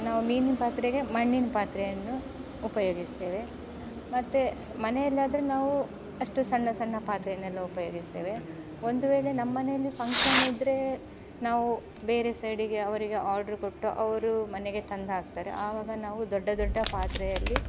ನಾವು ಮೀನಿನ ಪಾತ್ರೆಗೆ ಮಣ್ಣಿನ ಪಾತ್ರೆಯನ್ನು ಉಪಯೋಗಿಸ್ತೇವೆ ಮತ್ತು ಮನೆಯಲ್ಲಾದರೆ ನಾವು ಅಷ್ಟು ಸಣ್ಣ ಸಣ್ಣ ಪಾತ್ರೆಯನ್ನೆಲ್ಲ ಉಪಯೋಗಿಸ್ತೇವೆ ಒಂದು ವೇಳೆ ನಮ್ಮಮನೆಲಿ ಫಂಕ್ಷನ್ ಇದ್ರೆ ನಾವು ಬೇರೆ ಸೈಡಿಗೆ ಅವರಿಗೆ ಆರ್ಡರ್ ಕೊಟ್ಟು ಅವರು ಮನೆಗೆ ತಂದು ಹಾಕ್ತಾರೆ ಆವಾಗ ನಾವು ದೊಡ್ಡ ದೊಡ್ಡ ಪಾತ್ರೆಯಲ್ಲಿ